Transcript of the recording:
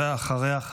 ואחריה,